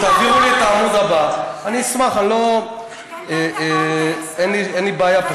תעבירו לי את העמוד הבא, אני אשמח, אין לי בעיה.